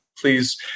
please